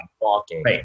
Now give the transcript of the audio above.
walking